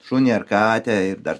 šunį ar katę ir dar